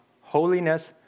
holiness